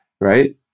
right